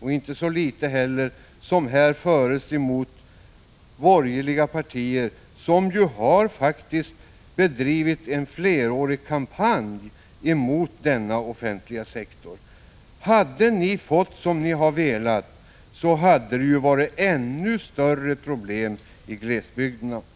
och inte så litet heller, i den kritik som här framförs mot de borgerliga partierna, som ju faktiskt har bedrivit en flerårig kampanj mot denna offentliga sektor. Om ni hade fått som ni velat, då hade problemen i glesbygderna varit ännu större.